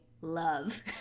love